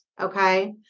Okay